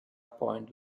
point